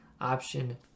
option